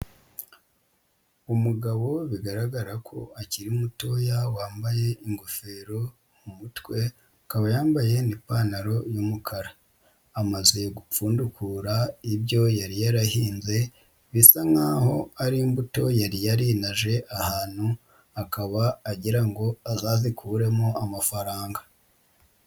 Umugabo bigaragara ko akiri mutoya, wambaye ingofero mu mutwe akaba yambaye n'ipantaro y'umukara, amaze gupfundukura ibyo yari yarahinze bisa nkaho ari imbuto yari yarinaje ahantu akaba agira ngo azazikuremo amafaranga.